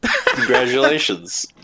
Congratulations